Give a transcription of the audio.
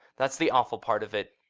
that's the awful part of it.